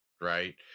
right